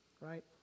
right